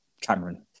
Cameron